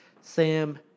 Sam